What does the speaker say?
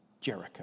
Jericho